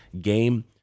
game